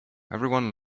everyone